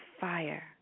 fire